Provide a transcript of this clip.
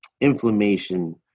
inflammation